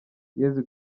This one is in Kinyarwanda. yezu